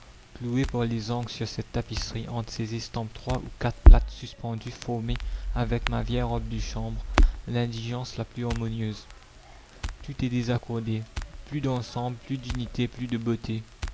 clouées par les angles sur cette tapisserie entre ces estampes trois ou quatre plâtres suspendus formaient avec ma vieille robe de chambre l'indigence la plus harmonieuse tout est désaccordé plus d'ensemble plus d'unité plus de beauté